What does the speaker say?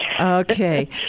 Okay